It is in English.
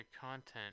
content